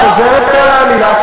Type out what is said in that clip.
את חוזרת על העלילה,